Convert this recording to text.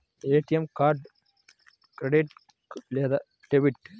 ATM card credit లేదా debit?